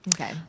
Okay